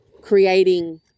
creating